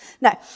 No